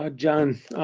ah john's,